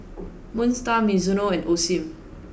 Moon Star Mizuno and Osim